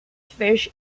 fish